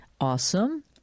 Awesome